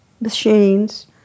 machines